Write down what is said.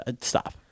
Stop